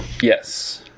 Yes